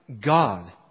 God